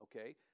okay